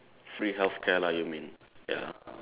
free healthcare lah you mean ya